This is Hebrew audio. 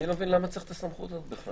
אני לא מבין למה צריך את הסמכות הזאת בכלל.